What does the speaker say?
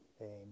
amen